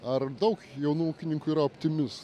ar daug jaunų ūkininkų yra optimis